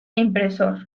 impresor